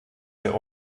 der